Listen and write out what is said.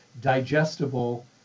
digestible